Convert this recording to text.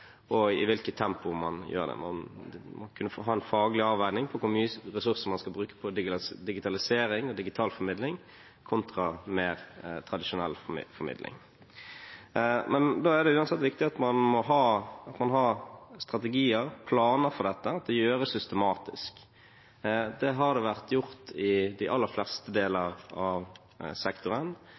og i hvilket tempo man gjør det. Man må kunne få ha en faglig avveining av hvor mye ressurser man skal bruke på digitalisering og digital formidling kontra mer tradisjonell formidling. Men da er det uansett viktig at man har strategier, planer for dette, at det gjøres systematisk. Det har vært gjort i de aller fleste deler av sektoren,